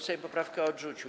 Sejm poprawkę odrzucił.